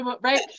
right